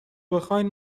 بخواین